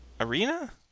Arena